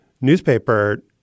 newspaper